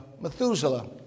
Methuselah